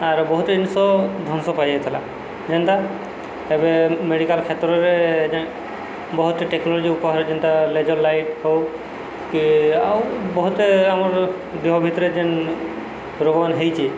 ଆର୍ ବହୁତ ଜିନିଷ ଧ୍ବଂସ ପାଇଯାଇଥିଲା ଯେନ୍ତା ଏବେ ମେଡ଼ିକାଲ କ୍ଷେତ୍ରରେ ଯେ ବହୁତ ଟେକ୍ନୋଲୋଜି ଉପହାର ଯେନ୍ତା ଲେଜର୍ ଲାଇଟ୍ ହଉ କି ଆଉ ବହୁତ ଆମର ଦେହ ଭିତରେ ଯେନ୍ ରୋଗମାନେ ହେଇଛି